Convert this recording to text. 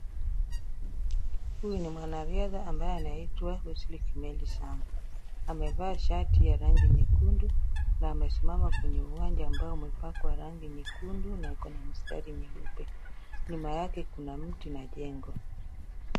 Huyu ni mwanariadha ambaye anaitwa Wesley Kimeli Sang amevaa shati ya rangi nyekundu na amesimama kwenye uwancha ambayo imepakwa rangi nyekundu na iko na mistari nyeupe, nyuma yake kuna miti na chengo